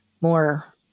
more